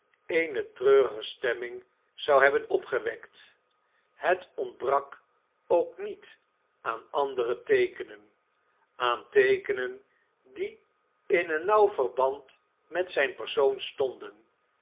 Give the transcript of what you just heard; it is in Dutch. eene treurige stemming zou hebben opgewekt het ontbrak ook niet aan andere teekenen aan teekenen die in een nauw verj band met zijn persoon stonden